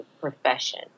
profession